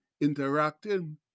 interacting